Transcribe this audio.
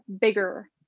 bigger